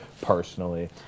personally